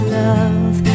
love